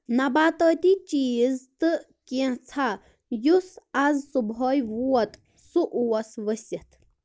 نباتٲتی چیٖز تہٕ کینٛژاہ یُس آز صُبحٲے ووت سُہ اوس ؤسِتھ